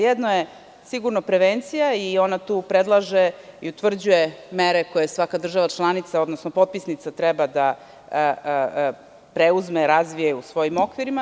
Jedna je prevencija i ona tu predlaže i utvrđuje mere koje svaka država članica, odnosno potpisnica treba da preuzme i razvije u svojim okvirima.